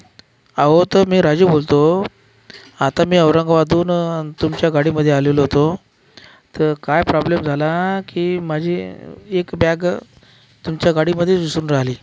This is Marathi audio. अहो तो मी राजू बोलतो आता मी औरंगाबादहून तुमच्या गाडीमधे आलेलो होतो तर काय प्रॉब्लेम झाला की माझी एक बॅग तुमच्या गाडीमध्येच विसरून राहिली